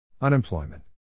Unemployment